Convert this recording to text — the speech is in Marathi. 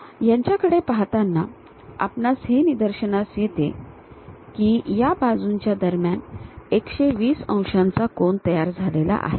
यांच्याकडे पाहताना आपणास हे निदर्शनास येते की या बाजूंच्या दरम्यान 120 अंश कोन तयार झालेला आहे